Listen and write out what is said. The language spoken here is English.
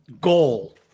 goal